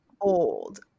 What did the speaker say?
old